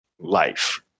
life